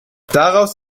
daraus